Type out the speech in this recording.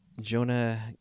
Jonah